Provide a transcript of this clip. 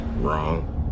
Wrong